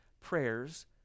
prayers